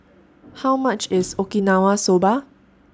How much IS Okinawa Soba